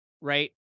Right